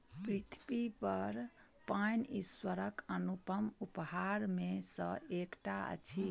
पृथ्वीपर पाइन ईश्वरक अनुपम उपहार मे सॅ एकटा अछि